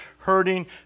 hurting